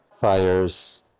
fires